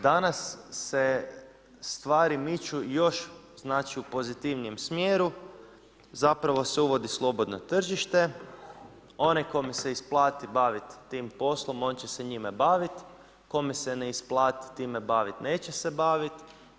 Danas se stvari miču još znači u pozitivnijem smjeru, zapravo se uvodi slobodno tržište, onaj kome se isplati baviti tim poslom on će se njime baviti, kome se ne isplati time baviti neće se baviti.